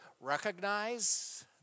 recognize